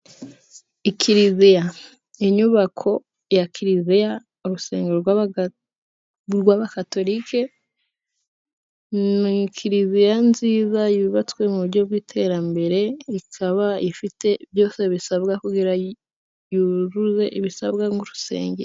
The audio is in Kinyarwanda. Ikiliziya, inyubako ya kiliziya, urusengero rw'abakatolike, ni kiliziya nziza yubatswe mu buryo bw'iterambere, ikaba ifite byose bisabwa kugira yuzuze ibisabwa nk'urusengero.